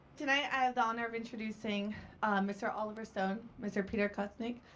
tonight, i have the honor of introducing mr. oliver stone, mr peter kuznick,